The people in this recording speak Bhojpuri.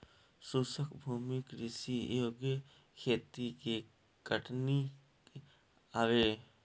शुष्क भूमि कृषि एगो खेती के तकनीक हवे